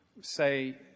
say